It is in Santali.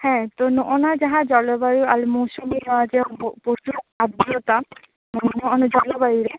ᱦᱮᱸ ᱛᱚ ᱱᱚᱜᱼᱚᱭ ᱱᱚᱣᱟ ᱡᱟᱦᱟᱸ ᱡᱚᱞᱚᱵᱟᱭᱩ ᱟᱞ ᱢᱚᱣᱥᱚᱢᱤ ᱱᱚᱣᱟ ᱟᱫᱽᱫᱨᱚᱛᱟ ᱢᱮᱱᱟᱜᱼᱟ ᱱᱚᱣᱟ ᱡᱚᱞᱚᱵᱟᱭᱩ ᱨᱮ ᱛᱚ